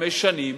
חמש שנים,